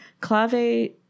Clave